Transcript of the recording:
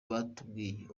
batubwiye